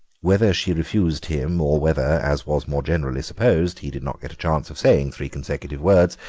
whether she refused him or whether, as was more generally supposed, he did not get a chance of saying three consecutive words,